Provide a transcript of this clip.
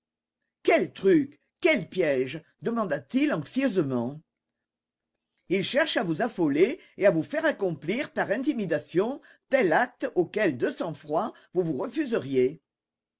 quel truc quel piège demanda-t-il anxieusement il cherche à vous affoler et à vous faire accomplir par intimidation tel acte auquel de sang-froid vous vous refuseriez